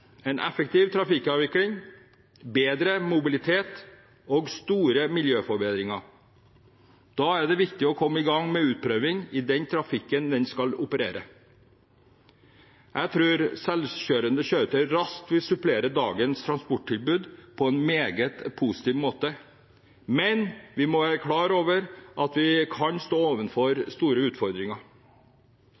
en effektiv trafikkavvikling, bedre mobilitet og store miljøforbedringer. Da er det viktig å komme i gang med utprøving i den trafikken de skal operere i. Jeg tror selvkjørende kjøretøy raskt vil supplere dagens transporttilbud på en meget positiv måte, men vi må være klar over at vi kan stå overfor store utfordringer.